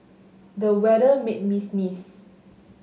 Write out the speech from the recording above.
the weather made me sneeze